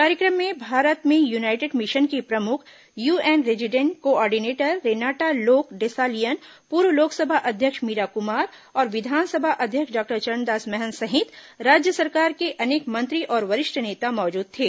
कार्यक्रम में भारत में यूनाइटेड मिशन की प्रमुख UN resident coordinator Renata Lok Dessallien पूर्व लोकसभा अध्यक्ष मीरा कुमार और विधानसभा अध्यक्ष डॉक्टर चरणदास महंत सहित राज्य सरकार के अनेक मंत्री और वरिष्ठ नेता मौजूद थे